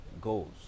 goals